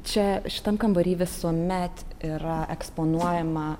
čia šitam kambary visuomet yra eksponuojama